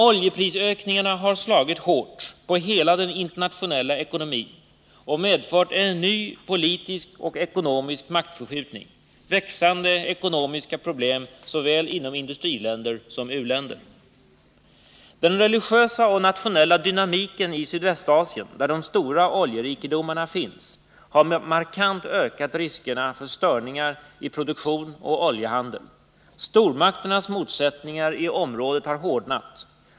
Oljeprisökningarna har slagit hårt på hela den internationella ekonomin och medfört en ny politisk och ekonomisk maktförskjutning, växande ekonomiska problem inom såväl industriländer som u-länder. Den religiösa och nationella dynamiken i Sydvästasien, där de stora oljerikedomarna finns, har markant ökat riskerna för störningar i oljeproduktion och oljehandel. Stormakternas motsättningar i området har hårdnat.